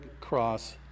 cross